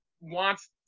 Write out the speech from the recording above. wants